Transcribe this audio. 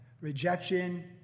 Rejection